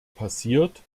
passiert